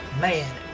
Man